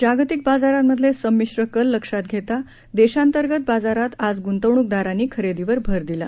जागतिक बाजारांमधले संमिश्र कल लक्षात घेता देशांतर्गत बाजारात आज गुंतवणूकदारांनी खरेदीवर भर दिला